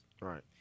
Right